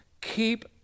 Keep